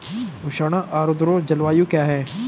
उष्ण आर्द्र जलवायु क्या है?